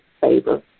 favor